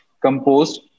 composed